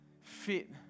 fit